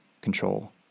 control